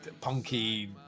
punky